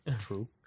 True